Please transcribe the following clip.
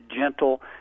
gentle